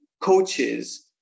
coaches